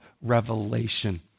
Revelation